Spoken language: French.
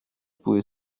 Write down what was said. pouvait